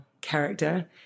character